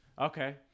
okay